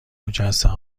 مجسمه